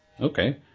Okay